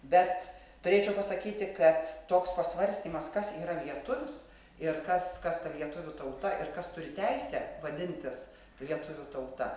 bet turėčiau pasakyti kad toks pasvarstymas kas yra lietuvis ir kas kas ta lietuvių tauta ir kas turi teisę vadintis lietuvių tauta